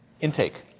intake